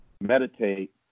meditate